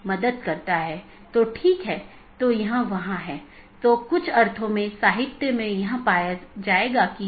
तो मैं AS1 से AS3 फिर AS4 से होते हुए AS6 तक जाऊँगा या कुछ अन्य पाथ भी चुन सकता हूँ